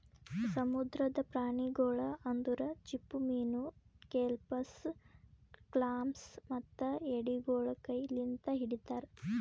ಸಮುದ್ರದ ಪ್ರಾಣಿಗೊಳ್ ಅಂದುರ್ ಚಿಪ್ಪುಮೀನು, ಕೆಲ್ಪಸ್, ಕ್ಲಾಮ್ಸ್ ಮತ್ತ ಎಡಿಗೊಳ್ ಕೈ ಲಿಂತ್ ಹಿಡಿತಾರ್